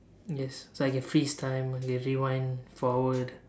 yes so I can freeze time I can rewind forward